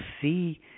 see